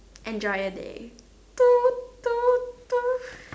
enjoy your day